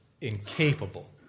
incapable